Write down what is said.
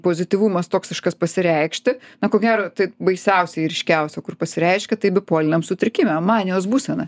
pozityvumas toksiškas pasireikšti na ko gero tai baisiausiai ryškiausia kur pasireiškia tai bipoliniam sutrikime manijos būsena